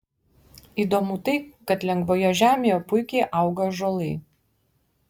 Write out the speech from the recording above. įdomu tai kad lengvoje žemėje puikiai auga ąžuolai